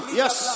yes